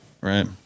right